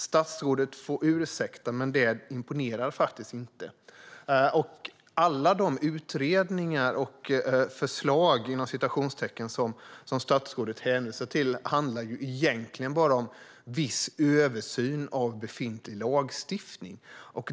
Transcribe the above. Statsrådet får ursäkta, men det imponerar faktiskt inte. Alla de utredningar och "förslag" som statsrådet hänvisar till handlar egentligen bara om viss översyn av befintlig lagstiftning.